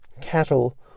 Cattle